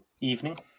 Evening